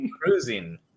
cruising